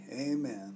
Amen